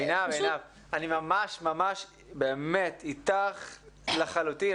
עינב, אני ממש אתך לחלוטין.